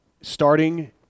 Starting